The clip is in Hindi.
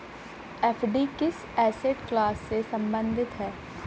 एफ.डी किस एसेट क्लास से संबंधित है?